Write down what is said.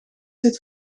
zit